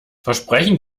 versprechen